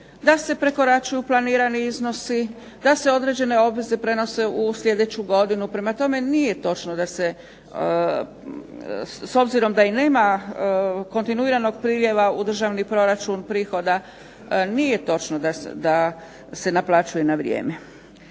da se prekoračuju planirani iznosi, da se određene obveze prenose u slijedeću godinu. Prema tome, nije točno da se s obzirom da i nema kontinuiranog priljeva u državni proračun prihoda nije točno da se naplaćuje na vrijeme.